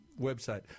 website